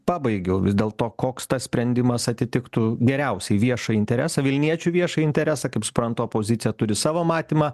pabaigiau vis dėlto koks tas sprendimas atitiktų geriausiai viešąjį interesą vilniečių viešąjį interesą kaip suprantu opozicija turi savo matymą